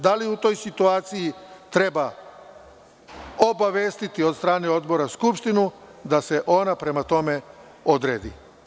Da li u toj situaciji treba obavestiti od strane Odbora Skupštinu da se ona prema tome odredi?